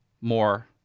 more